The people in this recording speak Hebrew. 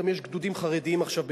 גם יש גדודים של חרדים בצה"ל,